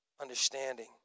understanding